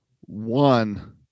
one